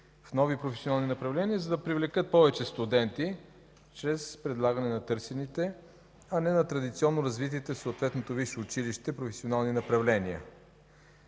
с много професионални направления, за да привлекат повече студенти чрез предлагане на търсените, а не на традиционно развитите в съответно висше училище професионални направления.